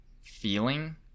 feeling